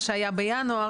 מה שהיה בינואר,